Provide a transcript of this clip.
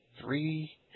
Three